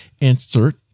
insert